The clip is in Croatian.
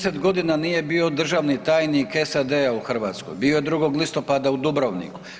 10.g. nije bio državni tajnik SAD-a u Hrvatskoj, bio je 2. listopada u Dubrovniku.